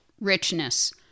richness